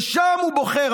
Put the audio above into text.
ושם הוא בוחר,